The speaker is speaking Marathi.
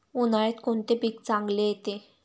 उन्हाळ्यात कोणते पीक चांगले येते?